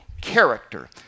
character